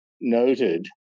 noted